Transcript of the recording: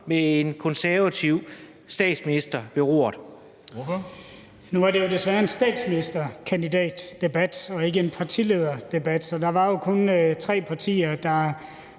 13:10 Andreas Steenberg (RV): Nu var det jo desværre en statsministerkandidatdebat og ikke en partilederdebat, så der var jo kun tre partier, der